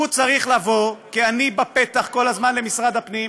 הוא צריך לבוא כעני בפתח כל הזמן למשרד הפנים,